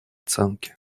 оценки